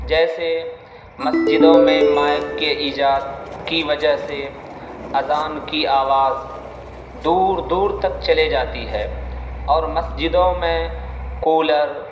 جیسے مسجدوں میں مائیک کے ایجاد کی وجہ سے اذان کی آواز دور دور تک چلے جاتی ہے اور مسجدوں میں کولر